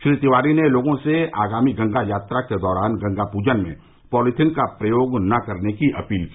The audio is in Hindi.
श्री तिवारी ने लोगों से आगामी गंगा यात्रा के दौरान गंगा पूजन में पॉलिथीन का प्रयोग नहीं करने की अपील की